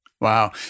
Wow